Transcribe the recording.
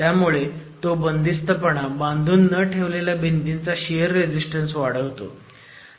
त्यामुळे तो बंदीस्तपणा बांधून न ठेवलेल्या भिंतींचा शियर रेझीस्टन्स वाढवतो